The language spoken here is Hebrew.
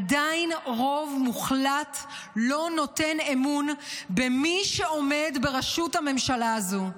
עדיין רוב מוחלט לא נותן אמון במי שעומד בראשות הממשלה הזאת.